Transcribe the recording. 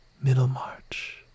Middlemarch